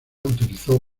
utilizó